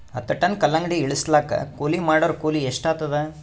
ಹತ್ತ ಟನ್ ಕಲ್ಲಂಗಡಿ ಇಳಿಸಲಾಕ ಕೂಲಿ ಮಾಡೊರ ಕೂಲಿ ಎಷ್ಟಾತಾದ?